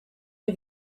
ohi